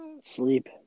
sleep